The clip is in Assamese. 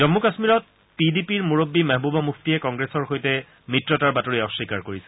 জন্মু কাশ্মীৰত পি ডি পিৰ মুৰববী মেহবুবা মুফতিয়ে কংগ্ৰেছৰ সৈতে মিত্ৰতাৰ বাতৰি অস্বীকাৰ কৰিছে